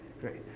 great